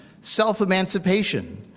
self-emancipation